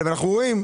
ואנחנו רואים,